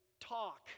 talk